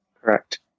correct